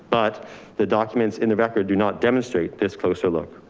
but the documents in the vaca do not demonstrate this closer look.